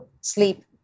sleep